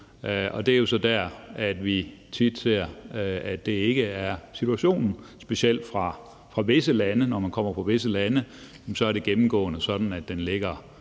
Det er jo så der, vi tit ser, at det ikke er situationen. Specielt når man kommer fra visse lande, er det gennemgående sådan, at den ligger